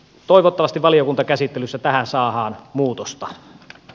toivottavasti valiokuntakäsittelyssä tähän saadaan muutosta